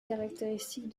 caractéristique